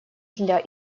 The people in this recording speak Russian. для